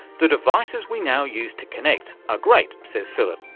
the devices we now use to connect are great, says philip,